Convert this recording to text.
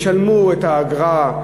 ישלמו את האגרה,